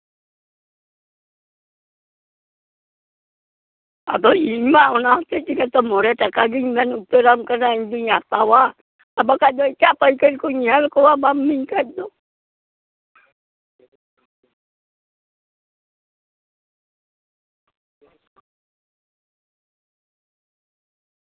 ᱟᱫᱚ ᱤᱧ ᱢᱟ ᱚᱱᱟ ᱦᱚᱛᱮᱡ ᱛᱮᱜᱮ ᱛᱚ ᱢᱚᱬᱮ ᱴᱟᱠᱟ ᱜᱮᱧ ᱢᱮᱱ ᱩᱛᱟᱹᱨᱟᱢ ᱠᱟᱱᱟ ᱤᱧ ᱫᱚᱹᱧ ᱦᱟᱛᱟᱣᱟ ᱟᱨ ᱵᱟᱠᱷᱟᱡ ᱫᱚ ᱮᱴᱟᱜ ᱯᱟᱹᱭᱠᱟᱹᱨ ᱠᱩᱧ ᱧᱮᱞ ᱠᱚᱣᱟ ᱵᱟᱢ ᱤᱢᱤᱧ ᱠᱷᱟᱡ ᱫᱚ